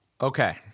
Okay